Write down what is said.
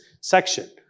section